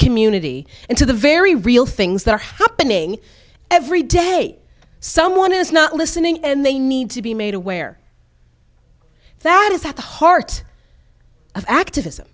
community and to the very real things that are happening every day someone is not listening and they need to be made aware that is at the heart of activism